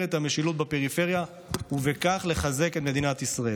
את המשילות בפריפריה ובכך לחזק את מדינת ישראל.